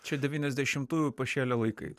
čia devyniasdešimtųjų pašėlę laikai